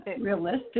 realistic